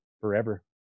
forever